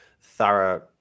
thorough